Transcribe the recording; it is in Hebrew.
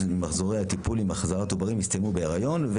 ממחזורי הטיפול עם החזרת עוברים הסתיימו עם הריון,